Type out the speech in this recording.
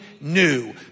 new